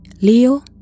Leo